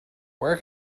where